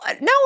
No